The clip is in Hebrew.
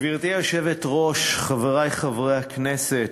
גברתי היושבת-ראש, חברי חברי הכנסת,